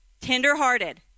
tenderhearted